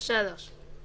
(הוראת שעה),